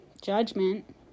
judgment